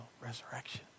resurrection